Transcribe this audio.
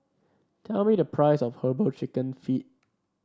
tell me the price of herbal chicken feet